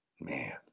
Man